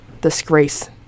disgrace